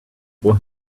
boy